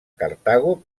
cartago